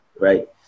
right